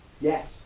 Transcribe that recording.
Yes